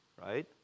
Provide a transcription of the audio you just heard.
right